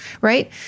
right